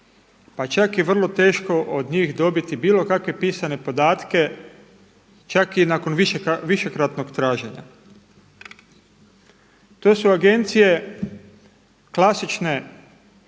pa čak i vrlo teško od njih dobiti bilo kakve pisane podatke čak i nakon višekratnog traženja. To su agencije klasične kamatarske